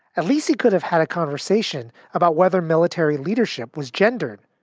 at least he could have had a conversation about whether military leadership was gendered,